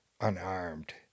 unarmed